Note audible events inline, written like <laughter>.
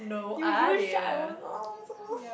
you you shut up I won't <breath>